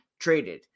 traded